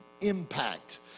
impact